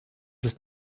ist